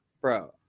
Bro